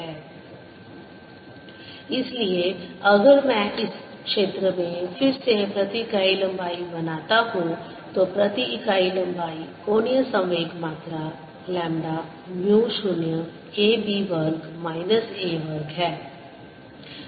Net angular momentumlength ab0K2π2πsds0K2π इसलिए अगर मैं इसे इस क्षेत्र में फिर से प्रति इकाई लंबाई बनाता हूं तो प्रति इकाई लंबाई कोणीय संवेग मात्रा लैम्ब्डा म्यू 0 K b वर्ग माइनस a वर्ग है